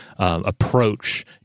Approach